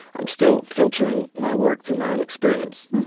i'm still filtering my work through my own experience.